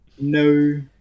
No